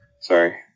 Sorry